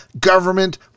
government